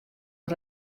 der